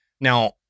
Now